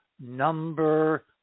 number